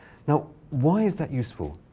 now, why is that useful?